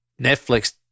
Netflix